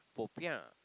popiah